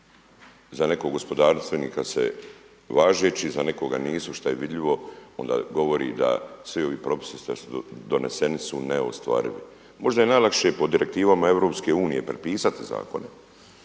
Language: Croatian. za nekog gospodarstvenika važeći, za nekoga nisu šta je vidljivo onda govori da svi ovi propisi što su doneseni su neostvarivi. Možda je najlakše po direktivama EU prepisati zakone,